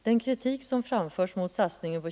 Den kritik som framförts mot satsningen Ang.